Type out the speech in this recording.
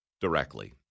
directly